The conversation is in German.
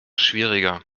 schwieriger